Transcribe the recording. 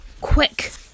Quick